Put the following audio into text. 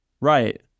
Right